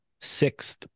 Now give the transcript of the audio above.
sixth